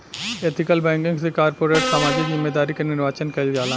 ethical banking से कारपोरेट सामाजिक जिम्मेदारी के निर्वाचन कईल जाला